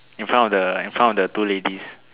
in front of the in front of the two ladies